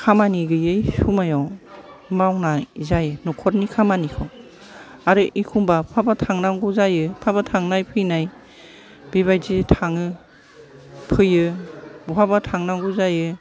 खामानि गैयै समायाव मावनाय जायो नखरनि खामानिखौ आरो एखमबा बहाबा थांनांगौ जायो बहाबा थांनाय फैनाय बेबायदि थाङो फैयो बहाबा थांनांगौ जायो